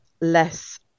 less